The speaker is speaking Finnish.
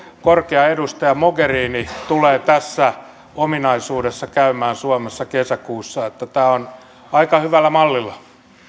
korkea edustaja mogherini tulee tässä ominaisuudessa käymään suomessa kesäkuussa eli tämä on aika hyvällä mallilla